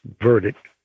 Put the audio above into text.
verdict